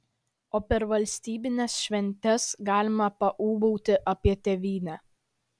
o per valstybines šventes galima paūbauti apie tėvynę